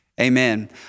amen